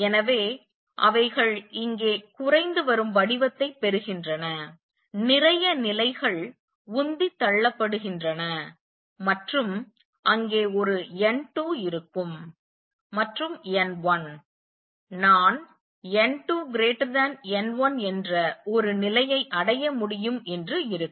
எனவே அவைகள் இங்கே குறைந்து வரும் வடிவத்தை பெறுகின்றன நிறைய நிலைகள் உந்தித் தள்ளப்படுகின்றன மற்றும் அங்கே ஒரு n2 இருக்கும் மற்றும் n1 நான் n2 n1 என்ற ஒரு நிலையை அடைய முடியும் என்று இருக்கும்